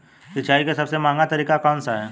सिंचाई का सबसे महंगा तरीका कौन सा है?